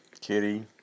Kitty